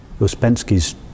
Uspensky's